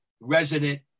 resident